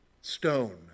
stone